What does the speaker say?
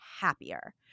happier